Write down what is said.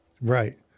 right